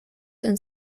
and